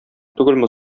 түгелме